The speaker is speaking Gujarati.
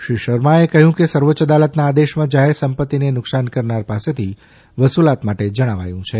શ્રી શર્માએ કહ્યું કે સર્વોચ્ય અદાલતના આદેશમાં જાહેર સંપત્તિને નુકસાન કરનાર પાસેથી વસુલાત માટે જણાવાયું છે